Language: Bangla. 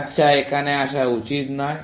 আচ্ছা এখানে আসা উচিত নয়